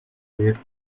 vender